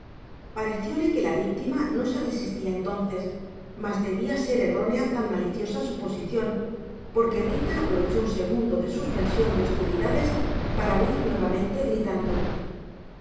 sonoro parecióle que la víctima no se resistía entonces mas debía ser errónea tan maliciosa suposición porque rita aprovechó un segundo de suspensión de hostilidades para huir nuevamente gritando